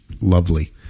lovely